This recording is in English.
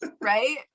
right